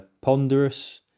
ponderous